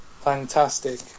Fantastic